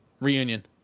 Reunion